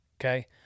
okay